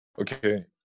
Okay